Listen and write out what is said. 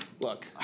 look